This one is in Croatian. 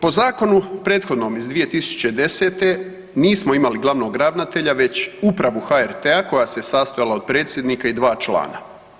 Po zakonu prethodnom iz 2010. nismo imali glavnog ravnatelja već upravu HRT-a koja se sastojala od predsjednika i dva člana.